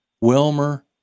wilmer